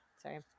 Sorry